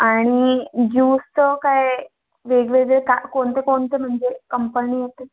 आणि ज्यूसचं काय वेगवेगळे का कोणते कोणते म्हणजे कंपनी येते